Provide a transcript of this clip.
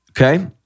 okay